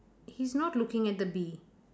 he's not looking at the bee